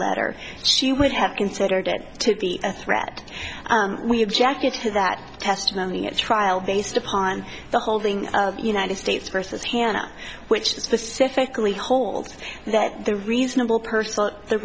letter she would have considered it to be a threat we objected to that testimony at trial based upon the holding of united states versus hanna which specifically holds that the reasonable person the